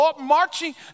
marching